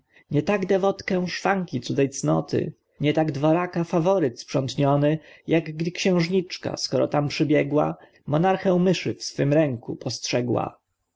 tak dewotkę szwanki cudzej cnoty nie tak dworaka faworyt sprzątniony jak gdy xiężniczka skoro tam przybiegła monarchę myszy w swych ręku postrzegła